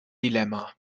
dilemma